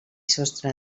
sostre